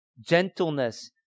gentleness